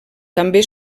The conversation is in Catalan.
també